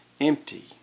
empty